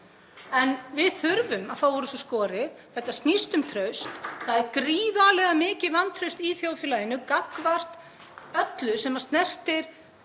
En við þurfum að fá úr þessu skorið. Þetta snýst um traust. Það er gríðarlega mikið vantraust í þjóðfélaginu gagnvart öllu sem snertir